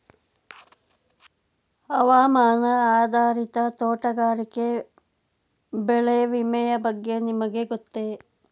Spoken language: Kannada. ಹವಾಮಾನ ಆಧಾರಿತ ತೋಟಗಾರಿಕೆ ಬೆಳೆ ವಿಮೆಯ ಬಗ್ಗೆ ನಿಮಗೆ ಗೊತ್ತೇ?